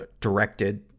directed